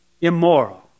Immoral